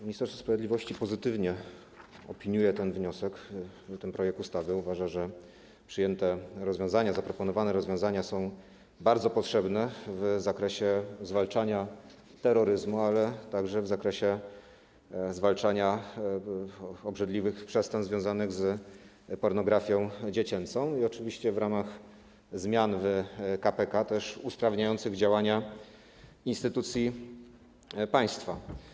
Ministerstwo Sprawiedliwości pozytywnie opiniuje ten wniosek, ten projekt ustawy, bo uważa, że zaproponowane rozwiązania są bardzo potrzebne w zakresie zwalczania terroryzmu, ale także w zakresie zwalczania obrzydliwych przestępstw związanych z pornografią dziecięcą i, oczywiście w ramach zmian w k.p.k., służą też usprawnieniu działań instytucji państwa.